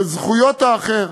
על זכויות האחר.